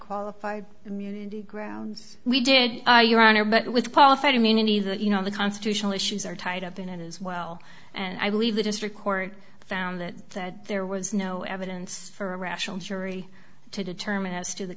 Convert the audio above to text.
qualified immunity grounds we did your honor but with paul fight immunity that you know the constitutional issues are tied up in it as well and i believe the district court found that that there was no evidence for a rational jury to determine as to the